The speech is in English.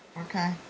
Okay